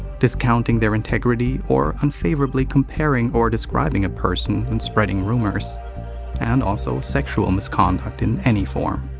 discounting their integrity or unfavorably comparing or describing a person and spreading rumors and also sexual misconduct in any form.